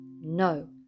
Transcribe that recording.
no